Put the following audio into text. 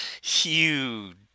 huge